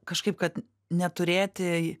kažkaip kad neturėti